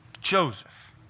Joseph